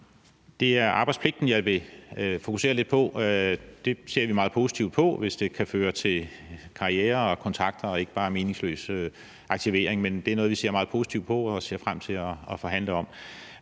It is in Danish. Det er arbejdspligten, jeg vil fokusere lidt på. Det ser vi meget positivt på, hvis det kan føre til karriere og kontakter og ikke bare meningsløs aktivering. Men det er noget, vi ser meget positivt på og ser frem til at forhandle om.